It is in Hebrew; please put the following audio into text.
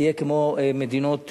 תהיה כמו מדינות,